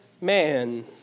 man